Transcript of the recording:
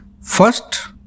First